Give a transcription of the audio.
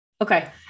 Okay